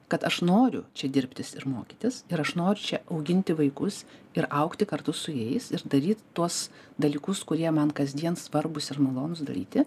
kad aš noriu čia dirbtis ir mokytis ir aš noriu čia auginti vaikus ir augti kartu su jais ir daryt tuos dalykus kurie man kasdien svarbūs ir malonūs daryti